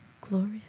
glorious